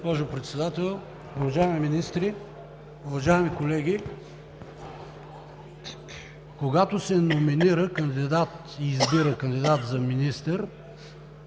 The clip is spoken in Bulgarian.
Когато се номинира и избира кандидат за министър,